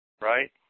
Right